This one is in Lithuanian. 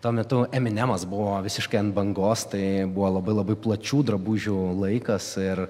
tuo metu eminemas buvo visiškai ant bangos tai buvo labai labai plačių drabužių laikas ir